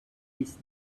his